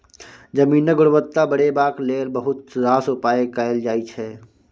जमीनक गुणवत्ता बढ़ेबाक लेल बहुत रास उपाय कएल जाइ छै